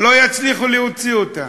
לא יצליחו להוציא אותה.